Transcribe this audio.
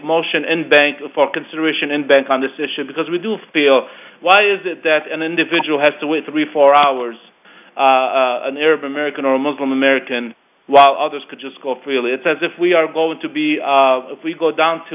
motion and bank for consideration and bent on this issue because we do feel why is it that an individual has to wait three four hours an arab american or muslim american while others could just go freely it's as if we are going to be if we go down